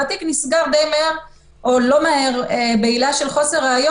אז גם אם התיק נסגר בעילה של חוסר ראיות,